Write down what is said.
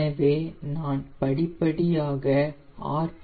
எனவே நான் படிப்படியாக ஆர்